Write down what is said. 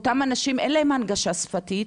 לאנשים האלה אין הנגשה שפתית,